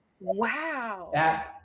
Wow